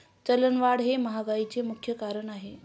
चलनवाढ हे महागाईचे मुख्य कारण आहे